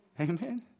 Amen